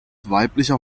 weiblicher